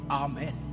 amen